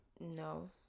No